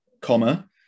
Comma